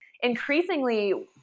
increasingly